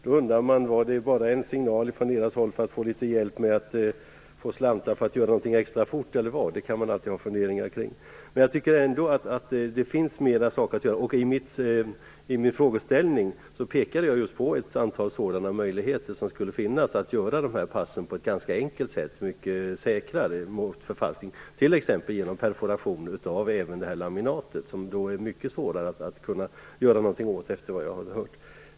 Då kan man undra: Var det bara en signal från det hållet för att få litet hjälp med slantar för att kunna göra något extra fort - eller vad? Kring det kan man alltid ha funderingar. Jag tycker ändå att mera finns att göra. I min frågeställning har jag pekat just på ett antal möjligheter som skulle finnas för att på ett ganska enkelt sätt göra passen mycket säkrare när det gäller att undvika förfalskning, t.ex. genom perforation av laminatet. Därmed blir det mycket svårare att göra något med passen, enligt vad jag hört.